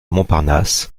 montparnasse